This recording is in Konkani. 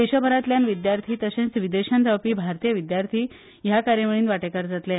देशभरातल्यान विद्यार्थी तशेच विदेशान रावपी भारतीय विद्यार्थी ह्या कार्यावळीन वाटेकार जातले